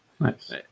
nice